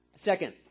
Second